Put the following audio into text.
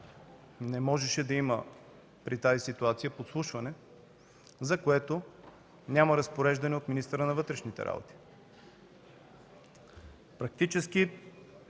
не можеше да има подслушване, за което няма разпореждане от министъра на вътрешните работи. Практически